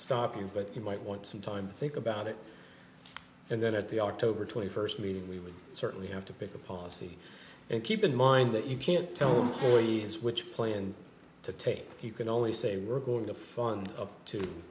stop you but you might want some time to think about it and then at the october twenty first meeting we would certainly have to pick a policy and keep in mind that you can't tell me please which play and to take you can only say we're going to fund